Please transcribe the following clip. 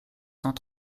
cent